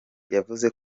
yavuze